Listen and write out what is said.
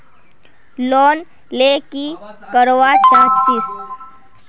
Loan ले की करवा चाहीस?